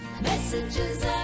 Messages